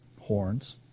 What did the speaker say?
horns